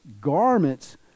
garments